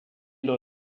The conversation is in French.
dans